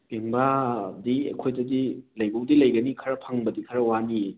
ꯄꯦꯡꯕꯥꯗꯤ ꯑꯩꯈꯣꯏꯗꯗꯤ ꯂꯩꯕꯨꯗꯤ ꯂꯩꯒꯅꯤ ꯈꯔ ꯐꯪꯕꯗꯤ ꯈꯔ ꯋꯥꯅꯤꯌꯦ